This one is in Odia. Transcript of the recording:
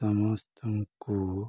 ସମସ୍ତଙ୍କୁ